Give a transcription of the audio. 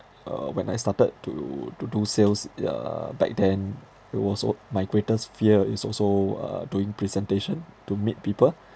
uh when I started to to do sales uh back then it was a~ my greatest fear is also uh doing presentation to meet people